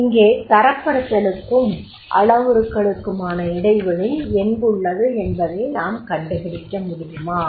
இங்கே தரப்படுத்தலுக்கும் அளவுருக்களுக்குமான இடைவெளி எங்குள்ளது என்பதை நாம் கண்டுபிடிக்க முடியுமா